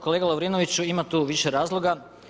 Kolega Lovrinoviću, ima tu više razloga.